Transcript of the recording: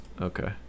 Okay